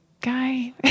guy